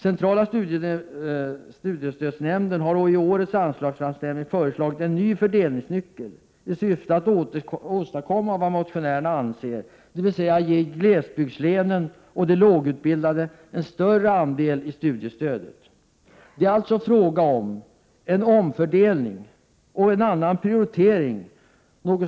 Centrala studiestödsnämnden har i årets anslagsframställning föreslagit en ny fördelningsnyckel i syfte att åstadkomma vad motionärerna anser, dvs. att ge glesbygdslänen och de lågutbildade en större del av studiestödet. Det är alltså en fråga om omfördelning och en annan prioritering.